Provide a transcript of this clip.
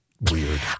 weird